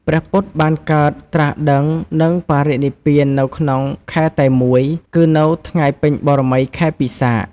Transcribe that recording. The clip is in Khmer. ព្រះពុទ្ធបានកើត ត្រាសដឹង និងបរិនិព្វាននៅក្នុងខែតែមួយ គឺនៅថ្ងៃពេញបូរមីខែពិសាខ ។